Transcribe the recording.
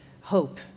hope